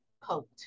coat